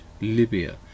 Libya